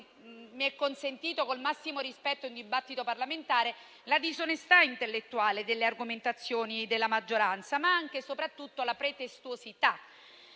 mi è consentito dire, col massimo rispetto in un dibattito parlamentare, mostra tutta la disonestà intellettuale delle argomentazioni della maggioranza, ma anche e soprattutto la loro pretestuosità.